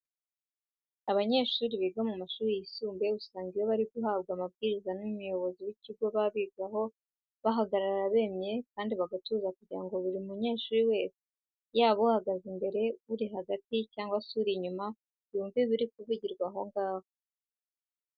Abanyeshuri biga mu mashuri yisumbuye usanga iyo bari guhabwa amabwiriza n'umuyobozi w'ikigo baba bigaho bahagarara bemye, kandi bagatuza kugira buri munyeshuri wese yaba uhagaze imbere, uri hagati cyangwa se uri inyuma yumve ibiri kuvugirwa aho ngaho.